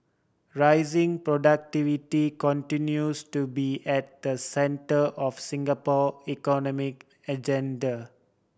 raising productivity continues to be at the centre of Singapore economic agenda